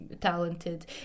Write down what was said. talented